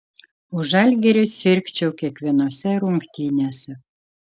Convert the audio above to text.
už žalgirį sirgčiau kiekvienose rungtynėse